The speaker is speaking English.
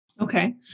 Okay